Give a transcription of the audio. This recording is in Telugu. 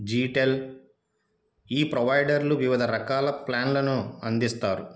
జీటెల్ ఈ ప్రొవైడర్లు వివిధ రకాల ప్లాన్లను అందిస్తారు